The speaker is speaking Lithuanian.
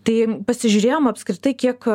tai pasižiūrėjom apskritai kiek